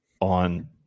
on